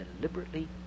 deliberately